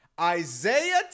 Isaiah